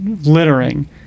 littering